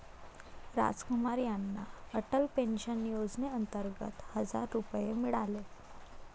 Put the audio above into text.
रामकुमार यांना अटल पेन्शन योजनेअंतर्गत हजार रुपये मिळाले